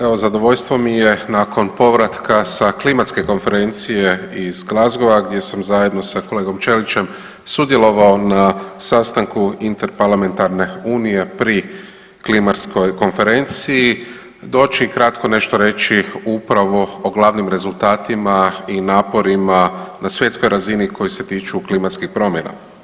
Evo zadovoljstvo mi je nakon povratka sa klimatske konferencije iz Glasgowa gdje sam zajedno sa kolegom Čelićem sudjelovao na sastanku Interparlamentarne unije pri klimatskoj konferenciji doći i ukratko nešto reći upravo o glavnim rezultatima i naporima na svjetskoj razini koji se tiču klimatskih promjena.